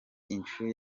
inshuro